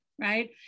right